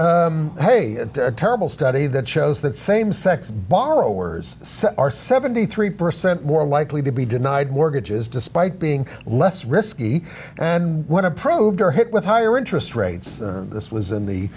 is a terrible study that shows that same sex borrowers are seventy three percent more likely to be denied mortgages despite being less risky and when approved or hit with higher interest rates this was in the